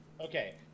Okay